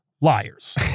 liars